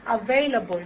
available